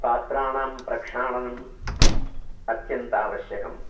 पात्राणां प्रक्षालनम् अत्यन्तम् आवश्यकम्